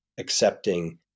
Accepting